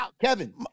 Kevin